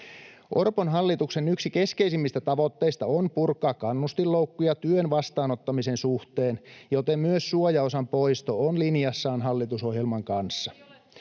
Orpon hallituksen yksi keskeisimmistä tavoitteista on purkaa kannustinloukkuja työn vastaanottamisen suhteen, joten myös suojaosan poisto on linjassa hallitusohjelman kanssa.